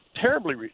terribly